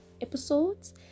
episodes